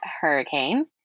hurricane